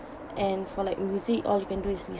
and for like music all you can do is list~